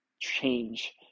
change